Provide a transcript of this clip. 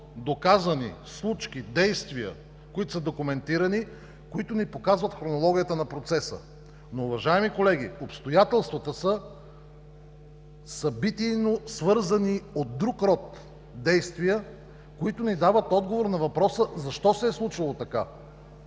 доказани случки и действия, които са документирани, които ни показват хронологията на процеса. Но, уважаеми колеги, обстоятелствата са събитийно свързани от друг род действия, които ни дават отговор на въпроса защо се е случило така.